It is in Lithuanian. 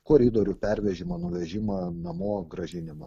koridorių pervežimą nuvežimą namo grąžinimą